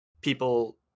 people